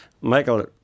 Michael